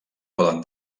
poden